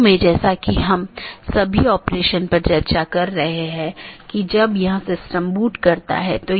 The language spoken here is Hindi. इसका मतलब है BGP कनेक्शन के लिए सभी संसाधनों को पुनःआवंटन किया जाता है